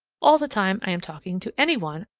all the time i am talking to any one,